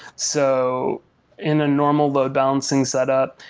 so in a normal load-balancing set up,